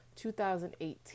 2018